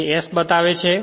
જે s બતાવે છે